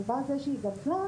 מלבד זה שהיא גדלה,